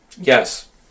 Yes